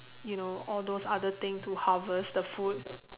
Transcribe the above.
you know all those other thing to harvest the food